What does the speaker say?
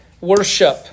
worship